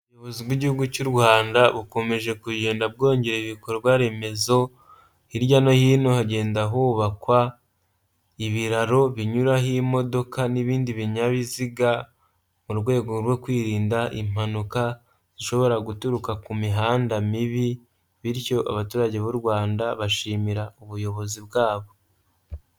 Ubuyobozi bw'igihugu cy'u Rwanda bukomeje kugenda bwongera ibikorwa remezo hirya no hino hagenda hubakwa ibiraro binyuraho imodoka n'ibindi binyabiziga mu rwego rwo kwirinda impanuka zishobora guturuka ku mihanda mibi bityo abaturage b'u Rwanda bashimira ubuyobozi bwabo.